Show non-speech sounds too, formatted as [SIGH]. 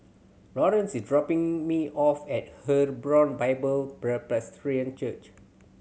Laurence is dropping me off at Hebron Bible [UNINTELLIGIBLE] Church